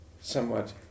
somewhat